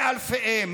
באלפיהם.